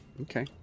Okay